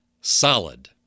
Solid